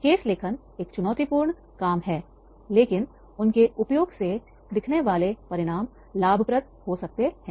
case लेखन एक चुनौतीपूर्ण काम है लेकिन उनके उपयोग से दिखने वाले परिणाम लाभप्रद हो सकते हैं